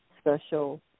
special